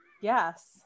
yes